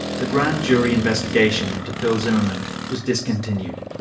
the grand jury investigation into phil zimmermann was discontinued,